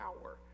power